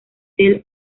tel